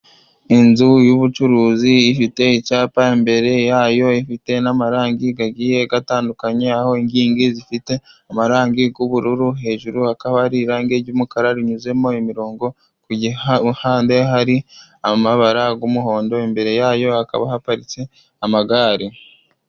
Inzu y'ubucuruzi ifite icyapa, imbere yayo ifite n'amarangi agiye atandukanye, aho inkigi zifite amarangi y'ubururu, hejuru hakaba ari irangi ry'mukara rinyuzemo imirongo, ku gihande hari amabara y'umuhondo, imbere yayo hakaba haparitse amagare.